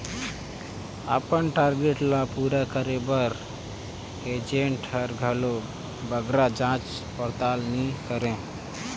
अपन टारगेट ल पूरा करे बर एजेंट हर घलो बगरा जाँच परताल नी करे